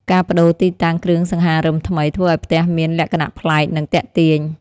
ការប្តូរទីតាំងគ្រឿងសង្ហារឹមថ្មី ធ្វើឱ្យផ្ទះមានលក្ខណៈប្លែក និងទាក់ទាញ។